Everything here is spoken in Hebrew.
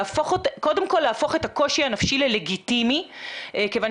קודם כל להפוך את הקושי הנפשי ללגיטימי כיוון